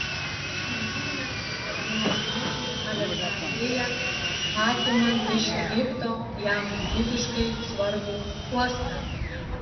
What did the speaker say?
išmintingas sprendimas būtų aleksandrija atimant iš egipto jam gyvybiškai svarbų uostą